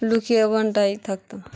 Lucia ওখানে দাঁড়িয়ে থাকত